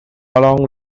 along